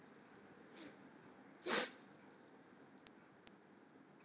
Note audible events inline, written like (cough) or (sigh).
(noise)